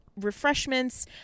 refreshments